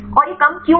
और यह कम क्यों है